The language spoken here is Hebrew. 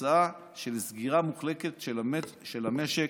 כתוצאה מסגירה מוחלטת של המשק,